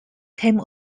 came